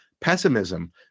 pessimism